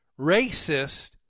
racist